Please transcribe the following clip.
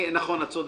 נכון, את צודקת.